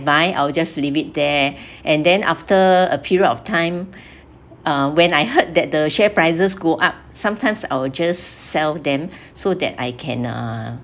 buy I'll just leave it there and then after a period of time uh when I heard that the share prices go up sometimes I will just sell them so that I can uh